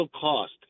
cost